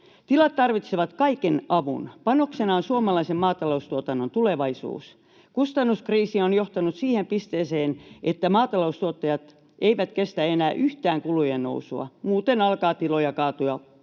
Tilat tarvitsevat kaiken avun. Panoksena on suomalaisen maataloustuotannon tulevaisuus. Kustannuskriisi on johtanut siihen pisteeseen, että maataloustuottajat eivät kestä enää yhtään kulujen nousua. Muuten alkaa tiloja kaatua entistä